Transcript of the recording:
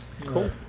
Cool